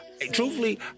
Truthfully